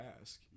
ask